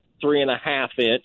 three-and-a-half-inch